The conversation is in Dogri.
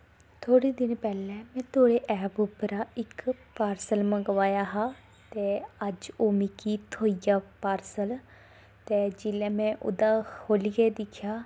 थोह्ड़े दिन पैह्लें में थोआढ़े ऐप उप्परा दा इस पार्सल मंगवाया हा ते अज्ज मिगी ओह् थ्होई आ पार्सल ते जिल्लै में ओह्दा खोह्ल्लियै दिक्खेआ